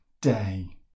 day